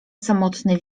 samotny